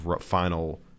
final